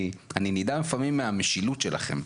אני נדהם לפעמים מהמשילות שלכם,